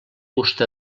gust